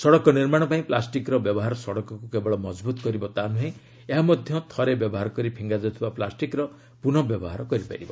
ସଡ଼କ ନିର୍ମାଣ ପାଇଁ ପ୍ଲାଷ୍ଟିକ୍ର ବ୍ୟବହାର ସଡ଼କକୁ କେବଳ ମଜବୁତ କରିବ ତା'ନୁହେଁ ଏହା ମଧ୍ୟ ଥରେ ବ୍ୟବହାର କରି ଫିଙ୍ଗାଯାଉଥିବା ପ୍ଲାଷ୍ଟିକ୍ର ପୁନଃ ବ୍ୟବହାର କରିପାରିବ